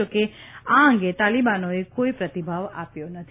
જો કે આ અંગે તાલીબાનોએ કોઇ પ્રતિભાવ આપ્યો નથી